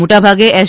મોટા ભાગે એસ